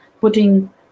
putting